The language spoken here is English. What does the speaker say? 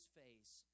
face